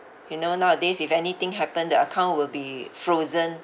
you know nowadays if anything happen the account will be frozen